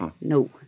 No